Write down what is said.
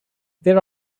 there